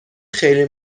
خیلی